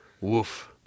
Woof